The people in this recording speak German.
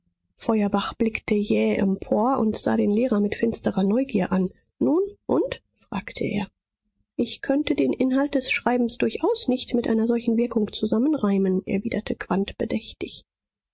feuerbach blickte jäh empor und sah den lehrer mit finsterer neugier an nun und fragte er ich könnte den inhalt des schreibens durchaus nicht mit einer solchen wirkung zusammenreimen erwiderte